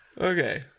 Okay